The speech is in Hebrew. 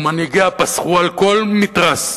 ומנהיגיה פסחו על כל מתרס,